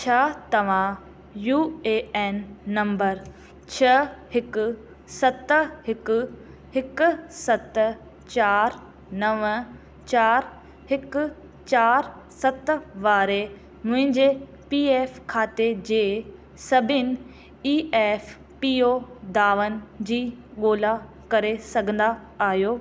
छा तव्हां U A N number छह हिकु सत हिकु हिकु सत चार नवं चार हिकु चार सत वारे मुंहिंजे पी एफ़ खाते जे सभिनि ई एफ़ पी ओ दावनि जी ॻोल्हा करे सघंदा आहियो